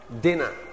dinner